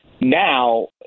Now